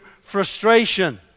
frustration